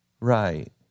Right